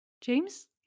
James